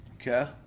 okay